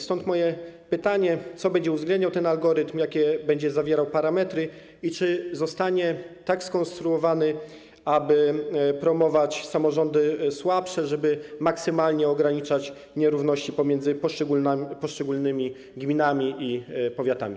Stąd moje pytanie: Co będzie uwzględniał ten algorytm, jakie będzie zawierał parametry i czy zostanie tak skonstruowany, aby promować samorządy słabsze, żeby maksymalnie ograniczać nierówności pomiędzy poszczególnymi gminami i powiatami?